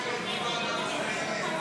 לא פועלת למען עם ישראל.